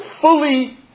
fully